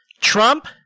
Trump